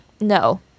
no